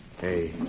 Hey